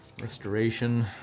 restoration